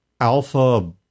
alpha